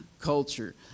culture